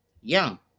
young